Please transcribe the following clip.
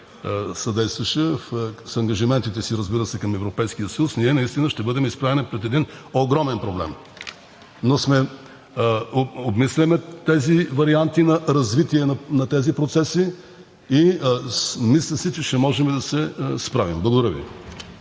съдействаше с ангажиментите си, разбира се, към Европейския съюз, ние наистина ще бъдем изправени пред един огромен проблем. Обмисляме тези варианти на развитие на тези процеси и си мисля, че ще можем да се справим. Благодаря Ви.